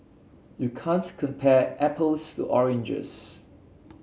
you can't compare apples to oranges